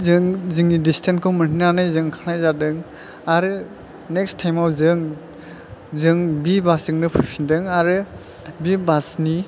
जों जोंनि दिसथेन्सखौ मोन्नानै जों ओंखारनाय जादों आरो नेक्स टाइमाव जों जों बि बासजोंनो फैफिनदों आरो बे बासनि